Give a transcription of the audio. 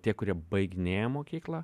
tie kurie baiginėja mokyklą